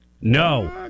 No